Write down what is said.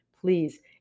please